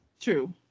true